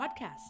podcast